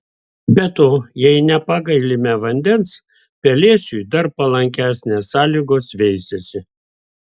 be to jei nepagailime vandens pelėsiui dar palankesnės sąlygos veisiasi